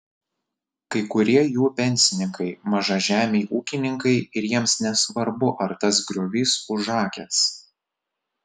kai kurie jų pensininkai mažažemiai ūkininkai ir jiems nesvarbu ar tas griovys užakęs